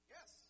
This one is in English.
Yes